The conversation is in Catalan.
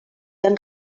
han